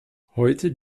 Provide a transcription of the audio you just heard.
heute